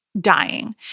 dying